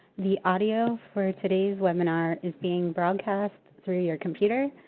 the audio for today's webinar is being broadcast through your computer,